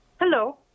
Hello